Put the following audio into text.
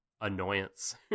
Annoyance